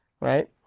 right